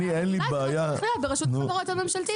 אולי זה לא צריך להיות ברשות החברות הממשלתיות.